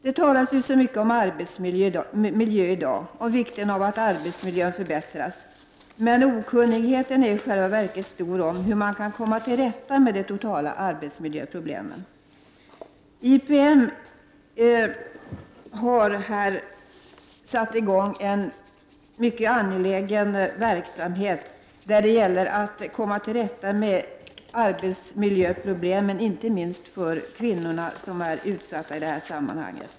Det talas mycket om arbetsmiljö i dag och om vikten av att arbetsmiljön förbättras, men okunnigheten är i själva verket stor kring hur man kan komma till rätta med de samlade arbetsmiljöproblemen. IPM har påbörjat ett mycket angeläget arbete för att komma till rätta med arbetsmiljöproblemen för inte minst kvinnorna, vilka är särskilt utsatta i dessa sammanhang.